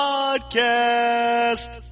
Podcast